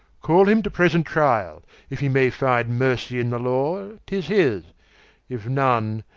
call him to present tryall if he may finde mercy in the law, tis his if none,